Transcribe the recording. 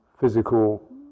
physical